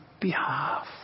behalf